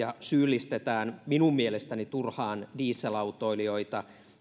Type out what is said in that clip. ja syyllistetään minun mielestäni turhaan dieselautoilijoita